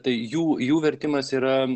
tai jų jų vertimas yra